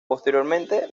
posteriormente